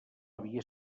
havia